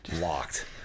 locked